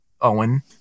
Owen